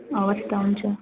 हवस् त हुन्छ